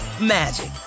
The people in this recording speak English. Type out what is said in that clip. magic